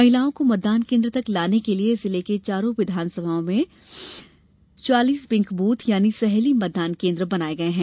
महिलाओं को मतदान केंद्र तक लाने के लिए जिले के चारों विधानसभा में चालीस पिंक बूथ यानी सहेली मतदान केंद्र बनाए जा रहे हैं